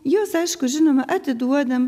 juos aišku žinoma atiduodam